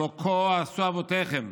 הלוא כה עשו אבותיכם